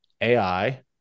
AI